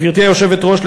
גברתי היושבת-ראש,